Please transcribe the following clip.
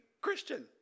Christian